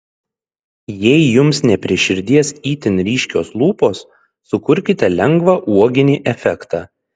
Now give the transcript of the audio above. jei jums ne prie širdies itin ryškios lūpos sukurkite lengvą uoginį efektą